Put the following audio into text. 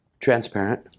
Transparent